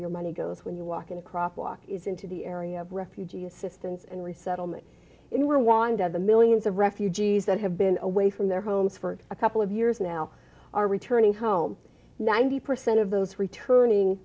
your money goes when you walk in a crosswalk is into the area of refugee assistance and resettlement in rwanda the millions of refugees that have been away from their homes for a couple of years now are returning home ninety percent of those returning